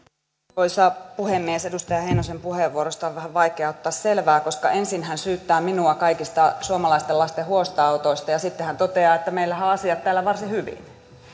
arvoisa puhemies edustaja heinosen puheenvuorosta on vähän vaikea ottaa selvää koska ensin hän syyttää minua kaikista suomalaisten lasten huostaanotoista ja sitten hän toteaa että meillähän on asiat täällä varsin hyvin